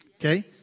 Okay